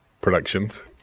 Productions